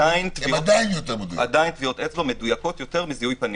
עדיין טביעות אצבע מדויקות יותר מזיהוי פנים.